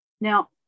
Now